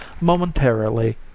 Momentarily